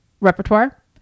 repertoire